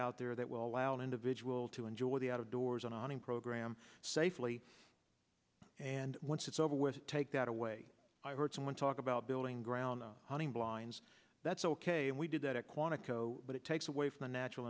out there that will allow an individual to enjoy the outdoors and on a program safely and once it's over with take that away i heard someone talk about building ground blinds that's ok and we did that at quantico but it takes away from the natural